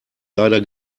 leider